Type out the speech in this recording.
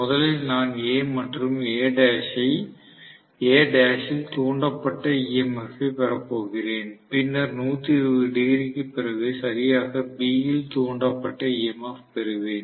முதலில் நான் A மற்றும் Al இல் தூண்டப்பட்ட EMF ஐ பெறப் போகிறேன் பின்னர் 120 டிகிரிக்குப் பிறகு சரியாக B ல் தூண்டப்பட்ட EMF பெறுவேன்